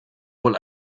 wohl